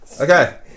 Okay